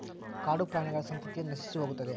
ಕಾಡುಪ್ರಾಣಿಗಳ ಸಂತತಿಯ ನಶಿಸಿಹೋಗುತ್ತದೆ